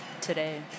today